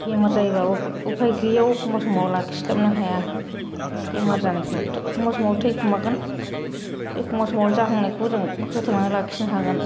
बेमार जायोब्ला उफाय गोयैयाव एखमबा समाव लाखिस्लाबनो हाया बेमार जानायखौ एखनबा समाव थैखोमागोन एखनबा समाव जाहांनायखौ जों फोथांनानै लाखिनो हागोन